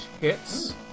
hits